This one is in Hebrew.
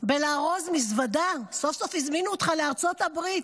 בלארוז מזוודה, סוף-סוף הזמינו אותך לארצות הברית,